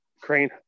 crane